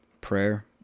prayer